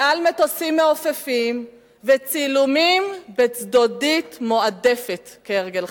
ממטוסים מעופפים וצילומים בצדודית מועדפת, כהרגלך.